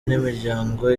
y’imiryango